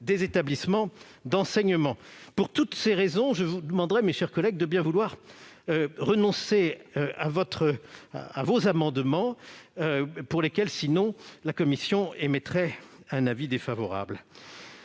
des établissements d'enseignement. Pour toutes ces raisons, je vous demande, mes chers collègues, de bien vouloir renoncer à vos amendements ; à défaut, la commission émettrait un avis défavorable.